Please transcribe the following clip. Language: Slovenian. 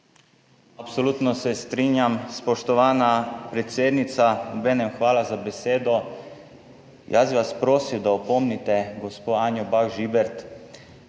Absolutno se strinjam, spoštovana predsednica, obenem hvala za besedo. Jaz bi vas prosil, da opomnite gospo Anjo Bah Žibert,